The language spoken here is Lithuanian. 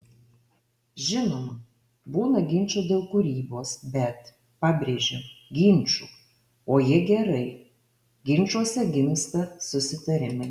žinoma būna ginčų dėl kūrybos bet pabrėžiu ginčų o jie gerai ginčuose gimsta susitarimai